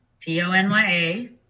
T-O-N-Y-A